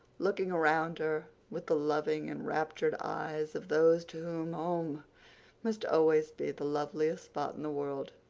looking around her with the loving, enraptured eyes of those to whom home must always be the loveliest spot in the world,